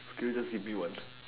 can you just repeat once